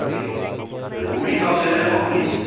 અને હુંડીસ આવશે ને એમાં હુંડીસ